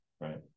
right